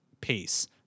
pace